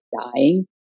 dying